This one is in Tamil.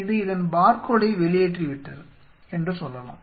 இது இதன் பார்கோடை வெளியேற்றிவிட்டது என்று சொல்லலாம்